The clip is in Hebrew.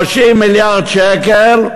30 מיליארד שקלים,